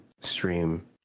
stream